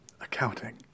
Accounting